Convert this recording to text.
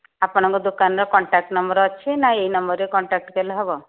ଆପଣଙ୍କ ଦୋକାନରେ contact number ଅଛି ନା ଏହି ନମ୍ବରରେ କଣ୍ଟାକ୍ଟ କଲେ ହେବ